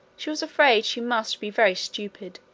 she was afraid she must be very stupid,